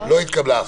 הרוויזיה לא התקבלה.